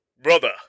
Brother